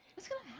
what's gonna